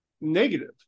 negative